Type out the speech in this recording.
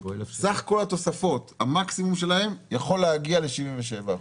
סך כל התוספות, המקסימום שלהם, יכול להגיע ל-77%.